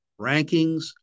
rankings